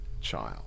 child